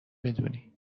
بدونی